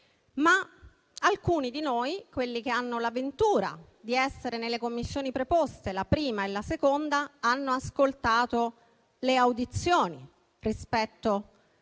alcuni di noi, quelli che hanno la ventura di essere nelle Commissioni competenti, la 1a e la 2a, hanno ascoltato le audizioni rispetto alla